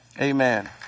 Amen